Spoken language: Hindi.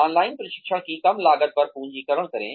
ऑनलाइन प्रशिक्षण की कम लागत पर पूंजीकरण करें